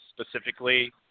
specifically